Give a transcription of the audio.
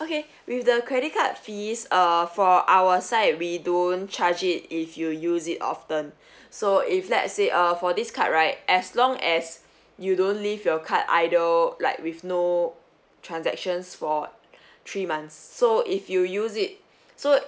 okay with the credit card fees err for our side we do charge it if you use it often so if let say err for this card right as long as you don't leave your card idle like with no transactions for three months so if you use it so